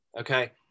okay